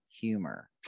humor